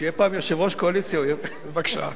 שיהיה פעם יושב-ראש קואליציה, בבקשה.